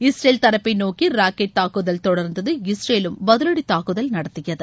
Israel தரப்பை நோக்கி rocket தாக்குதல் தொடர்ந்தது இஸ்ரேலும் பதிவடி தாக்குதல் நடத்தியது